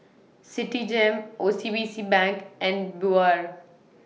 Citigem O C B C Bank and Biore